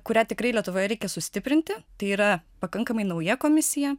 kurią tikrai lietuvoje reikia sustiprinti tai yra pakankamai nauja komisija